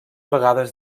vegades